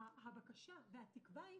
הבקשה והתקווה היא